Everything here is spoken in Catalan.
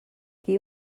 qui